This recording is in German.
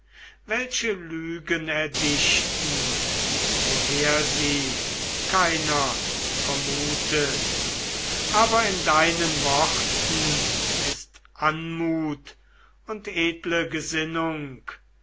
welche lügen erdichten woher sie keiner vermutet aber in deinen worten ist anmut und edle gesinnung